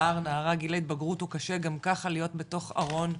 נער נערה גיל ההתבגרות קשה גם ככה להיות בתוך ארון,